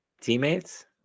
Teammates